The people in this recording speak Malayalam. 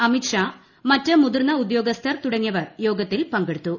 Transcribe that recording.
അമിത് ഷാ മറ്റ് മുതിർന്ന ഉദ്യോഗസ്ഥർ തുടങ്ങിയവർ യോഗത്തിൽ പങ്കെടുത്തു